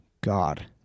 God